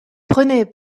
prenez